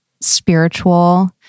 spiritual